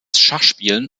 schachspielen